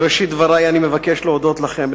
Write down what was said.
בראשית דברי אני מבקש להודות לכם,